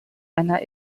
einer